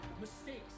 Mistakes